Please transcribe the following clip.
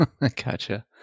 Gotcha